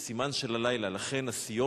מתחילת המדינה נהרגו בתאונות דרכים 31,263 איש.